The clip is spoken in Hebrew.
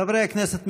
חברי הכנסת,